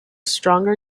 stronger